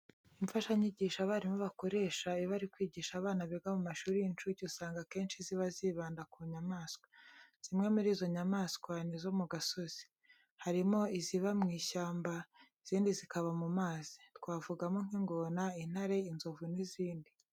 Imfashanyigisho abarimu bakoresha iyo bari kwigisha abana biga mu mashuri y'incuke, usanga akenshi ziba zibanda ku nyamaswa. Zimwe muri izo nyamaswa ni izo mu gasozi. Harimo iziba mu ishyamba izindi zikaba mu mazi. Twavugamo nk'ingona, intare, inzovu n'izindi.